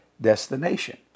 destination